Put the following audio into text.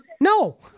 No